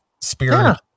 spirit